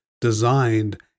designed